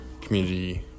community